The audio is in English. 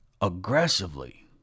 aggressively